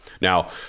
Now